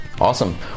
Awesome